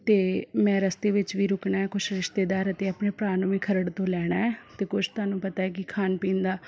ਅਤੇ ਮੈਂ ਰਸਤੇ ਵਿੱਚ ਵੀ ਰੁਕਣਾ ਹੈ ਕੁਝ ਰਿਸ਼ਤੇਦਾਰ ਅਤੇ ਆਪਣੇ ਭਰਾ ਨੂੰ ਵੀ ਖਰੜ ਤੋਂ ਲੈਣਾ ਹੈ ਅਤੇ ਕੁਝ ਤੁਹਾਨੂੰ ਪਤਾ ਹੈ ਕਿ ਖਾਣ ਪੀਣ ਦਾ